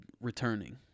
returning